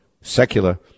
secular